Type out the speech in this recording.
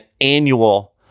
annual